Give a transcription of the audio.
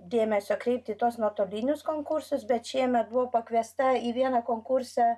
dėmesio kreipti į tuos nuotolinius konkursus bet šiemet buvo pakviesta į vieną konkursą